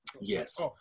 Yes